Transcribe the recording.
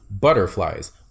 butterflies